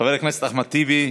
חבר הכנסת אחמד טיבי,